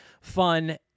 fun